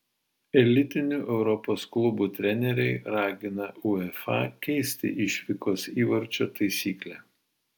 elitinių europos klubų treneriai ragina uefa keisti išvykos įvarčio taisyklę